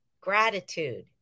gratitude